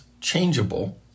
changeable